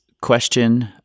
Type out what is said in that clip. question